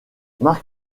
marc